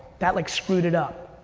that like screwed it up.